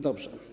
Dobrze.